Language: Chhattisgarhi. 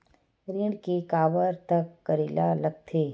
ऋण के काबर तक करेला लगथे?